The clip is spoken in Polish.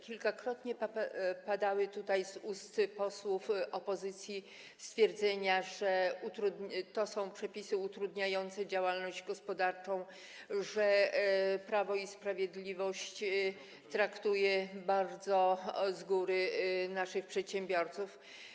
Kilkakrotnie padały tutaj z ust posłów opozycji stwierdzenia, że to są przepisy utrudniające działalność gospodarczą, że Prawo i Sprawiedliwość traktuje bardzo z góry naszych przedsiębiorców.